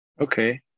Okay